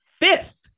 fifth